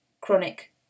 chronic